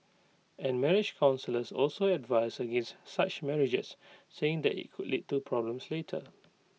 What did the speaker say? and marriage counsellors also advise against such marriages saying that IT could lead to problems later